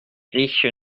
riches